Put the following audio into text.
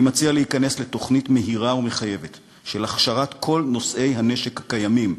אני מציע להיכנס לתוכנית מהירה ומחייבת של הכשרת כל נושאי הנשק הקיימים.